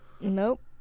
nope